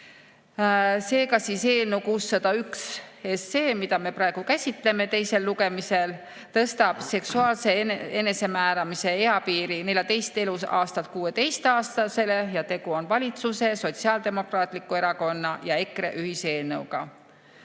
Seega, eelnõu 601, mida me praegu käsitleme teisel lugemisel, tõstab seksuaalse enesemääramise eapiiri 14. eluaastalt 16. eluaastani ning tegu on valitsuse, Sotsiaaldemokraatliku Erakonna ja EKRE ühiseelnõuga.